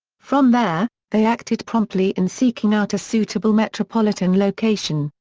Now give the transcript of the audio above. from there, they acted promptly in seeking out a suitable metropolitan location,